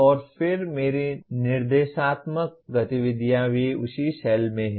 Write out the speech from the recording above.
और फिर मेरी निर्देशात्मक गतिविधियाँ भी उसी सेल में हैं